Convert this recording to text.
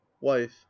Wife